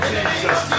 Jesus